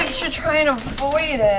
should try and avoid